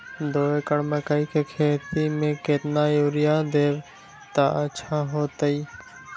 दो एकड़ मकई के खेती म केतना यूरिया देब त अच्छा होतई?